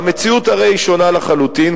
והמציאות הרי שונה לחלוטין,